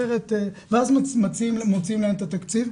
אחרת ---' ואז מוציאים להם את התקציב,